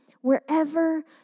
wherever